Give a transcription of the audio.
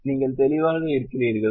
நீங்கள் தெளிவாக இருக்கிறீர்களா